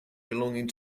belonging